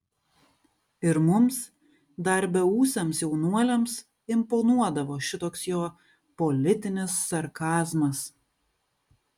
ir mums dar beūsiams jaunuoliams imponuodavo šitoks jo politinis sarkazmas